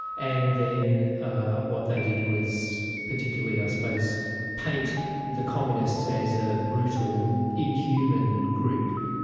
and then what they did was particularly i suppose paint the communists as a brutal, inhuman group,